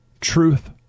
truth